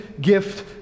gift